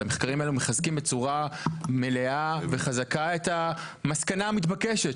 המחקרים האלו מחזקים בצורה מלאה וחזקה את המסקנה המתבקשת,